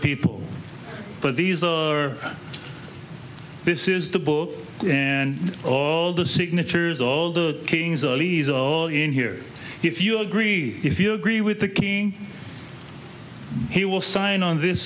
people but these are this is the book and all the signatures all the leaves are all in here if you agree if you agree with the king he will sign on this